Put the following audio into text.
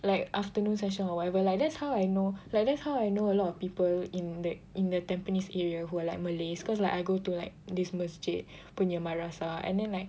like afternoon session or whatever lah that's how I know like that's how I know a lot of people in the in the Tampines area who are like malays cause like I go to like this masjid punya madrasah and then like